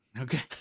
Okay